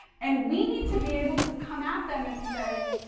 and, we need to be able to come at them and say